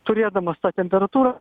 turėdamas tą temperatūrą